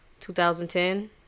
2010